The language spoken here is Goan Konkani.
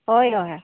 हय हय